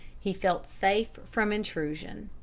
he felt safe from intrusion.